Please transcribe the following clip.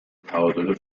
تعادل